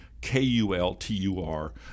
K-U-L-T-U-R